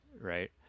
right